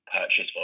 purchase